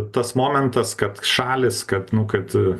tas momentas kad šalys kad nu kad